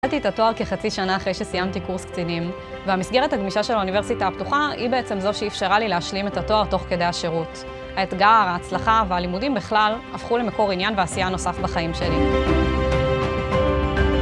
עשיתי את התואר כחצי שנה אחרי שסיימתי קורס קצינים והמסגרת הגמישה של האוניברסיטה הפתוחה היא בעצם זו שאיפשרה לי להשלים את התואר תוך כדי השירות. האתגר, ההצלחה והלימודים בכלל הפכו למקור עניין ועשייה נוסף בחיים שלי.